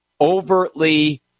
overtly